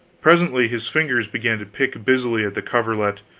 presently his fingers began to pick busily at the coverlet,